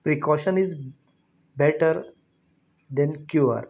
precaution is better then cure